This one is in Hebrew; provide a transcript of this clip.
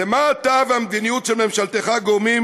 "למה אתה והמדיניות של ממשלתך גורמים